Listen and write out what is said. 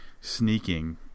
sneaking